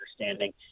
understanding